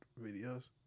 videos